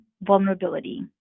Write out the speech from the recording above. vulnerability